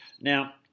Now